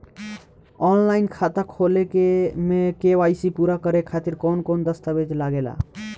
Online खाता खोले में के.वाइ.सी पूरा करे खातिर कवन कवन दस्तावेज लागे ला?